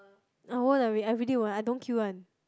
I won't I really won't I don't queue one